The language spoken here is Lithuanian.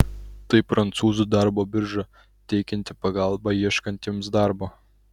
tai prancūzų darbo birža teikianti pagalbą ieškantiems darbo